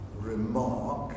remark